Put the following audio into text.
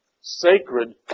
sacred